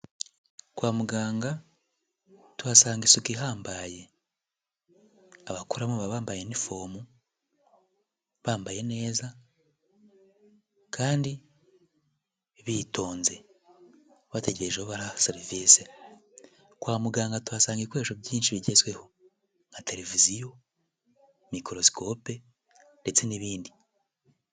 Kwa muganga tuhasanga isuku ihambaye, abakoramo baba bambaye inifomu bambaye neza kandi bitonze, bategereje abo baraha serivise. Kwa muganga tuhasanga ibikoresho byinshi bigezweho nka televiziyo, mikorosikope ndetse n'ibindi.